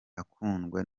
akundwa